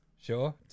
Sure